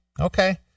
Okay